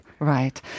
Right